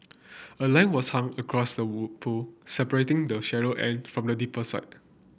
a line was hung across the pool separating the shallow end from the deeper side